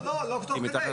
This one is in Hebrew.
לא תוך כדי --- טוב,